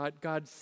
God